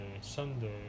Sunday